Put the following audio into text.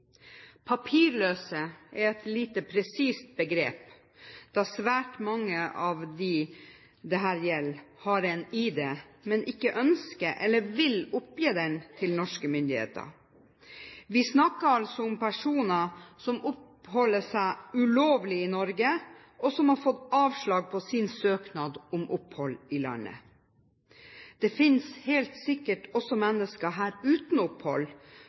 Papirløse er et lite presist begrep, da svært mange av dem det gjelder, har en ID, men ikke ønsker eller vil oppgi den til norske myndigheter. Vi snakker altså om personer som oppholder seg ulovlig i Norge, og som har fått avslag på sin søknad om opphold i landet. Det finnes helt sikkert også mennesker her uten opphold